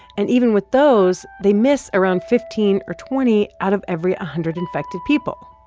and even with those, they miss around fifteen or twenty out of every a hundred infected people.